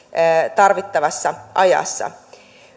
tarvittavassa ajassa